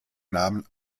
namen